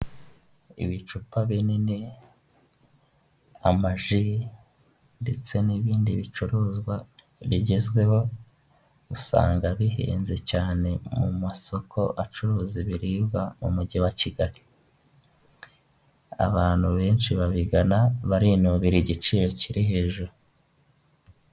Ibicupa binini, amaji ndetse n'ibindi bicuruzwa bigezweho usanga bihenze cyane mu masoko acuruza ibiribwa mu mujyi wa Kigali abantu benshi babigana barinubira igiciro kiri hejuru.